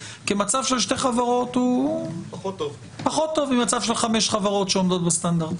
כי מצב של שתי חברות הוא פחות טוב ממצב של חמש חברות שעומדת בסטנדרטים.